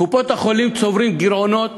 קופות-החולים צוברות גירעונות